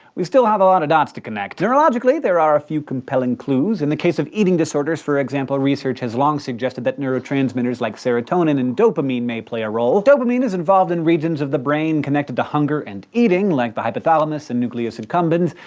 we still have a lot of dots to connect. neurologically, there are a few compelling clues. in the case of eating disorders, for example, research has long suggested that neurotransmitters like serotonin and dopamine may play a role. dopamine is involved in regions of the brain connected to hunger and eating, like the hypothalamus and nucleus accumbens,